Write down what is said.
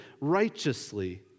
righteously